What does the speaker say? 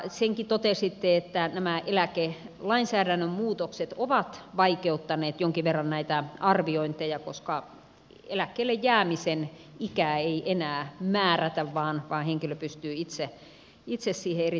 senkin totesitte että nämä eläkelainsäädännön muutokset ovat vaikeuttaneet jonkin verran näitä arviointeja koska eläkkeelle jäämisen ikää ei enää määrätä vaan henkilö pystyy itse siihen eri tavalla vaikuttamaan